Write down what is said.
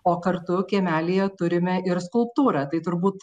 o kartu kiemelyje turime ir skulptūrą tai turbūt